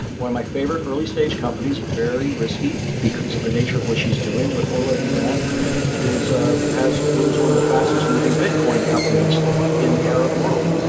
one of my favorite early-stage companies, very risky because of the nature of what she is doing, but ola doudin ah has what is one of the fastest moving bitcoin companies in the arab world.